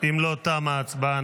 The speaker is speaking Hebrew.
אם לא, תמה ההצבעה.